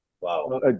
Wow